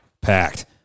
packed